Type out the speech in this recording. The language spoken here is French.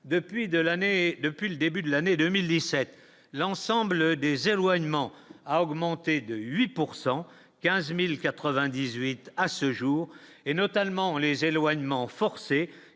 depuis le début de l'année 2017 l'ensemble des éloignements a augmenté de 8 pourcent 15098 à ce jour, et notamment les éloignements forcés